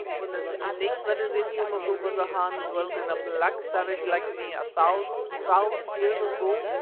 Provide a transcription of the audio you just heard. when the snake that is in you, macumazana, dwelt in a black savage like me a thousand thousand years ago,